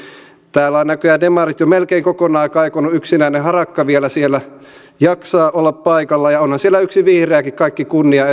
täällä ovat näköjään demarit jo melkein kokonaan kaikonneet yksinäinen harakka vielä siellä jaksaa olla paikalla ja onhan siellä yksi vihreäkin kaikki kunnia